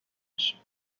بشیم